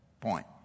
point